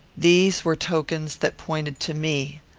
these were tokens that pointed to me.